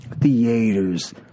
theaters